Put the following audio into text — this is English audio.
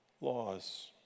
laws